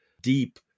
deep